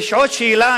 בשעת שאלות,